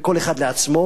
וכל אחד לעצמו.